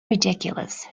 ridiculous